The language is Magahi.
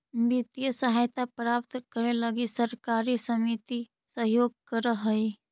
वित्तीय सहायता प्राप्त करे लगी सहकारी समिति सहयोग करऽ हइ